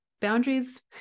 boundaries